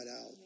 out